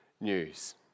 news